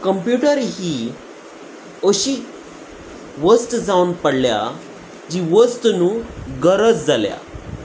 computer ही अशी वस्त जावन पडल्या जी वस्त न्हय गरज जाल्या